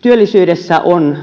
työllisyydessä on